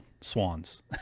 swans